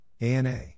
ANA